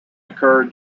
occur